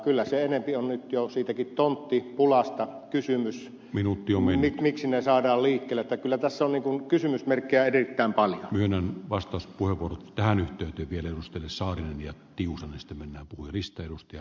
kyllä se enempi on nyt jo siitä tonttipulastakin kysymys miksi ne saadaan liikkeelle että kyllä tässä on kysymysmerkkejä erittäin paljon ennen vastaus purku ja nyt tehty tiedusteli saarinen ja kiusallista mennä puhdista ja